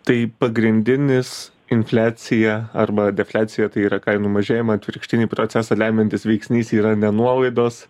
tai pagrindinis infliaciją arba defliaciją tai yra kainų mažėjimą atvirkštinį procesą lemiantis veiksnys yra ne nuolaidos